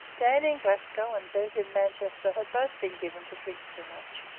dan in glasgow and bez in manchester had both been given to drink too much.